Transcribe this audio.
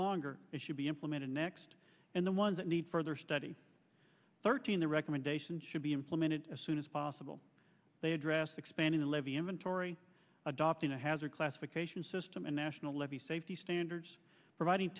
longer should be implemented next and the ones that need further study thirteen the recommendations should be implemented as soon as possible they address expanding the living inventory adopting a hazard classification system and national levy safety standards providing